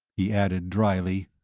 he added, dryly,